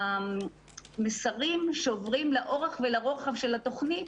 המסרים שעוברים לאורך ולרוחב של התוכנית